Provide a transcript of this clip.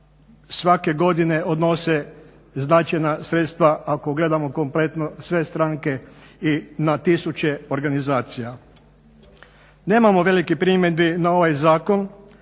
svake godine odnose značajna sredstva ako gledamo kompletno sve stranke i na tisuće organizacija. Nemamo velikih primjedbi na ovaj zakon